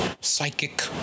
psychic